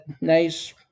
nice